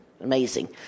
Amazing